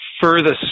furthest